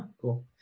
cool